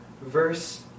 verse